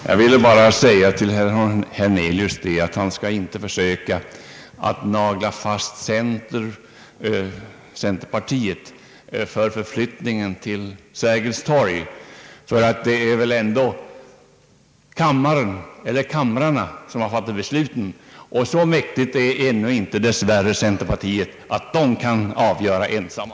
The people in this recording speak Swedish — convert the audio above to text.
Herr talman! Jag vill till herr Hernelius bara säga att han inte skall försöka att nagla fast centerpartiet för beslutet om flyttningen till Sergels torg. Det är väl ändå kammaren, eller kamrarna, som har fattat besluten, och så mäktigt är ännu inte dessvärre centerpartiet att partiet ensamt kan avgöra en fråga.